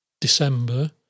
December